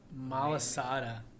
Malasada